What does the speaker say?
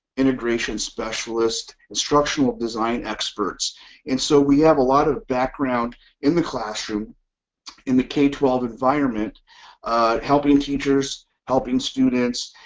integration specialist, instructional design experts and so we have a lot of background in the classroom in the k twelve environment helping teachers, helping students,